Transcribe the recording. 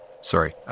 Sorry